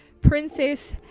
Princess